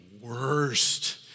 worst